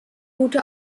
gute